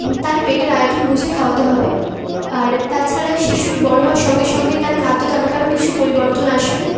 তার পেটের আয়তন বুঝে খাওয়াতে হবে আর তাছাড়া শিশুর বড়ো হওয়ার সঙ্গে সঙ্গে তার খাদ্য তালিকারও কিছু পরিবর্তন আসবে